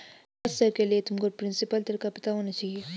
ब्याज दर के लिए तुमको प्रिंसिपल दर का पता होना चाहिए